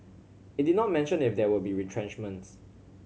it did not mention if there will be retrenchments